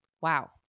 wow